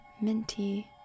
minty